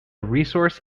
resource